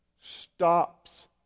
stops